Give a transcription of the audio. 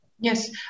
Yes